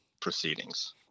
proceedings